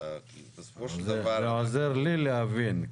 זה עוזר לי להבין.